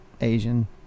Asian